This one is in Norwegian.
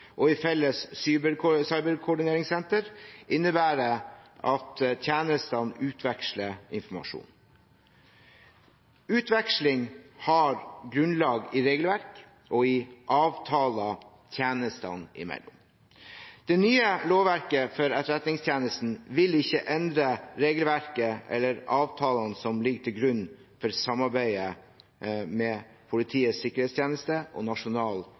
og i Felles cyberkoordineringssenter, innebærer at tjenestene utveksler informasjon. Utveksling har grunnlag i regelverk og i avtaler tjenestene imellom. Det nye lovverket for Etterretningstjenesten vil ikke endre regelverket eller avtalene som ligger til grunn for samarbeidet med Politiets sikkerhetstjeneste og Nasjonal